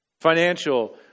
Financial